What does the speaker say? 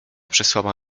przysłała